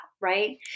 right